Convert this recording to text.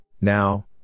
Now